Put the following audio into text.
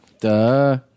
Duh